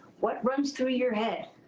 what runs through your head?